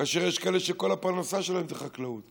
כאשר יש כאלה שכל הפרנסה שלהם זה חקלאות.